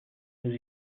nous